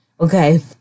Okay